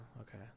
okay